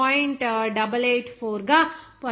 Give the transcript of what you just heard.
884 పొందవచ్చు